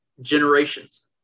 generations